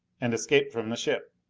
and escaped from the ship,